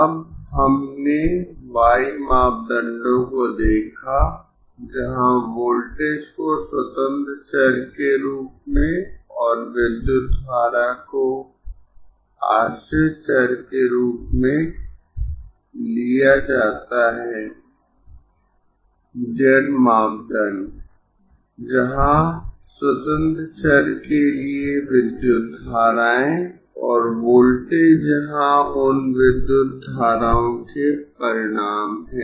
अब हमने y मापदंडों को देखा जहां वोल्टेज को स्वतंत्र चर के रूप में और विद्युत धारा को आश्रित चर के रूप में लिया जाता है z मापदंड जहां स्वतंत्र चर के लिए विद्युत धाराएं और वोल्टेज जहां उन विद्युत धाराओं के परिणाम है